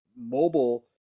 Mobile